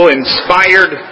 inspired